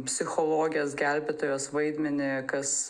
psichologės gelbėtojos vaidmenį kas